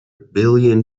billion